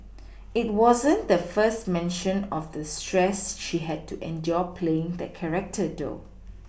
it wasn't the first mention of the stress she had to endure playing that character though